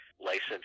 licensed